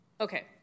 Okay